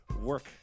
work